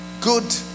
good